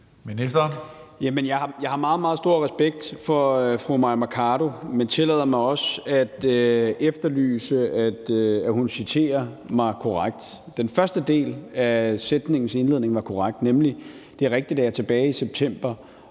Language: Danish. meget, meget stor respekt for fru Mai Mercado, men jeg tillader mig også at efterlyse, at hun citerer mig korrekt. Den første del af sætningen var korrekt, for det er rigtigt, at jeg tilbage i september